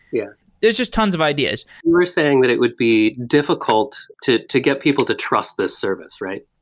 yeah there's just tons of ideas we were saying that it would be difficult to to get people to trust this service, right?